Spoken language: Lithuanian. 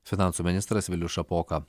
finansų ministras vilius šapoka